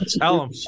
Alum